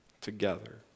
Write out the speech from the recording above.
together